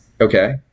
Okay